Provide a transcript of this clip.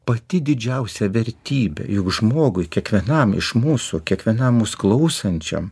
pati didžiausia vertybė juk žmogui kiekvienam iš mūsų kiekvienam mūsų klausančiam